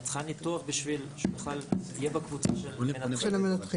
את צריכה ניתוח בשביל שהוא בכלל יהיה בקבוצה של המנתחים.